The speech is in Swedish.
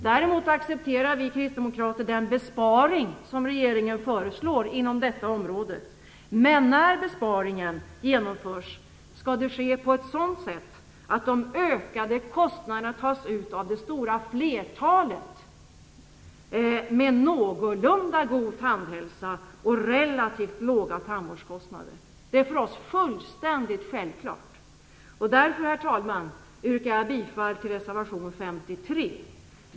Däremot accepterar vi kristdemokrater den besparing som regeringen föreslår inom detta område. Men när besparingen genomförs skall det ske på ett sådant sätt att de ökade kostnaderna tas ut av det stora flertalet med någorlunda god tandhälsa och relativt låga tandvårdskostnader. Det är för oss fullständigt självklart Herr talman! Jag yrkar därför bifall till reservation 53.